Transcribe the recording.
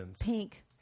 pink